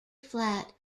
flat